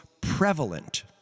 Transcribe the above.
prevalent